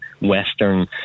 Western